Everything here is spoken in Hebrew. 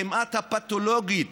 הכמעט-פתולוגית,